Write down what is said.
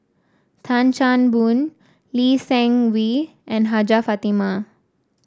Tan Chan Boon Lee Seng Wee and Hajjah Fatimah